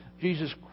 Jesus